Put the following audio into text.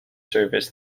service